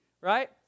Right